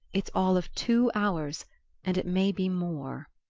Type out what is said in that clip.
it's all of two hours and it may be more.